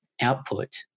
output